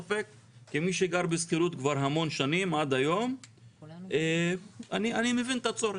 כמי שגר בשכירות כבר המון שנים עד היום אני מבין את הצורך.